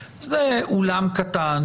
זה אולם קטן,